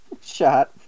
shot